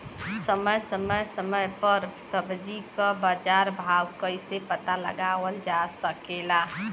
समय समय समय पर सब्जी क बाजार भाव कइसे पता लगावल जा सकेला?